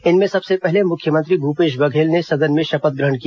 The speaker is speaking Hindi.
इनमें सबसे पहले मुख्यमंत्री भूपेश बघेल ने सदन में शपथ ग्रहण किया